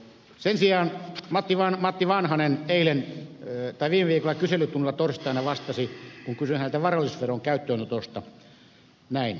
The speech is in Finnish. sen sijaan matti vanhanen viime viikon kyselytunnilla torstaina vastasi näin kun kysyin häneltä varallisuusveron käyttöönotosta